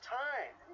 time